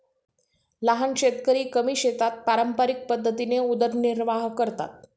लहान शेतकरी कमी शेतात पारंपरिक पद्धतीने उदरनिर्वाह करतात